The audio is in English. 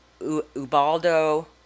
Ubaldo